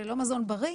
וללא מזון בריא,